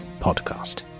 Podcast